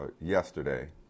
yesterday